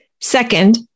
Second